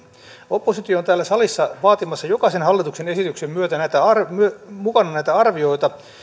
oppositio on täällä salissa vaatimassa jokaisen hallituksen esityksen mukana näitä arvioita